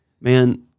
man